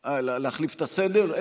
את הסדר.